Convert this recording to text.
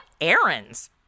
errands